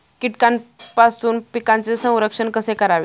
कीटकांपासून पिकांचे संरक्षण कसे करावे?